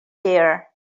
there